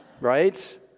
Right